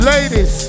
Ladies